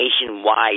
nationwide